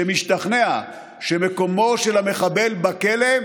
שמשתכנע שמקומו של המחבל בכלא,